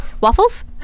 Waffles